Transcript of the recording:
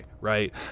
right